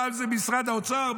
פעם זה משרד האוצר,